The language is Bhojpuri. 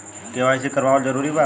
के.वाइ.सी करवावल जरूरी बा?